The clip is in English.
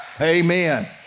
Amen